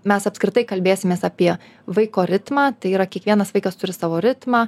mes apskritai kalbėsimės apie vaiko ritmą tai yra kiekvienas vaikas turi savo ritmą